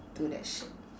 to that shit